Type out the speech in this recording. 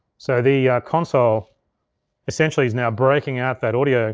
so the console essentially, is now breaking out that audio